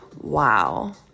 wow